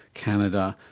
canada,